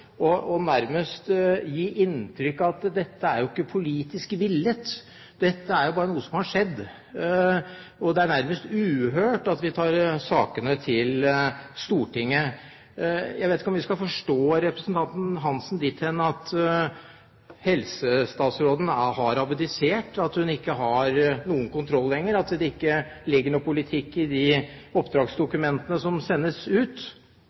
talerstolen og nærmest gi inntrykk av at dette ikke er politisk villet, dette er bare noe som har skjedd, og det er nærmest uhørt at vi tar sakene til Stortinget, vet jeg ikke om vi skal forstå representanten Hansen dit hen at helsestatsråden har abdisert, at hun ikke har noen kontroll lenger, og at det ikke ligger noen politikk i de oppdragsdokumentene som sendes ut.